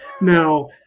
Now